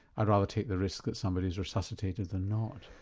i'd rather take the risk that somebody's resuscitated than not.